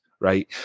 right